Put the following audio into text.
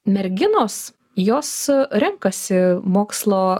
merginos jos renkasi mokslo